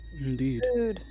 Indeed